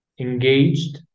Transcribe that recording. engaged